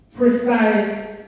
Precise